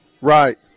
Right